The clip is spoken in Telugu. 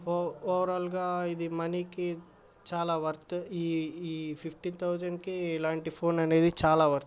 ఓవరాల్గా ఇది మనీకి చాలా వర్త్ ఈ ఫిఫ్టీన్ థౌజండ్కి ఎలాంటి ఫోన్ అనేది చాలా వర్త్